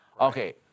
Okay